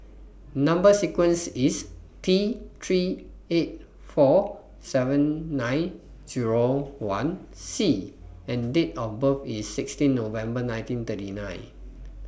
Number sequence IS T three eight four seven nine Zero one C and Date of birth IS sixteen November nineteen thirty nine